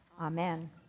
Amen